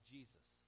Jesus